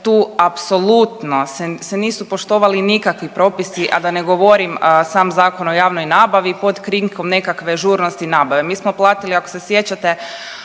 tu apsolutno se, se nisu poštovali nikakvi propisi, a da ne govorim sam Zakon o javnoj nabavi pod krinkom nekakve žurnosti nabave. Mi smo platili ako se sjećate